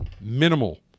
minimal